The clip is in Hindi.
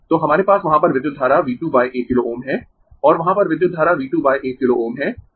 तो हमारे पास वहां पर विद्युत धारा V 21 किलो Ω है और वहां पर विद्युत धारा V 21 किलो Ω है